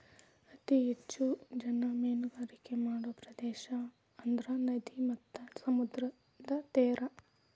ಅತೇ ಹೆಚ್ಚ ಜನಾ ಮೇನುಗಾರಿಕೆ ಮಾಡು ಪ್ರದೇಶಾ ಅಂದ್ರ ನದಿ ಮತ್ತ ಸಮುದ್ರದ ತೇರಾ